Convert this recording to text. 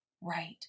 right